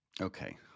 okay